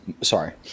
Sorry